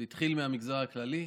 זה התחיל מהמגזר הכללי,